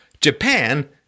Japan